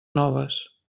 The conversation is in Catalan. noves